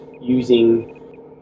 using